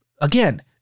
again